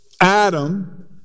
Adam